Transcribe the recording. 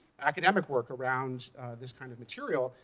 academic work around this kind of material,